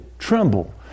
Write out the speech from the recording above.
tremble